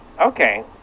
Okay